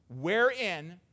wherein